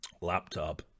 laptop